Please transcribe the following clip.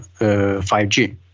5G